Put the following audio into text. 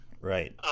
Right